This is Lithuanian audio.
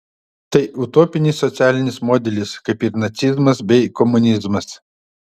tai utopinis socialinis modelis kaip ir nacizmas bei komunizmas